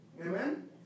Amen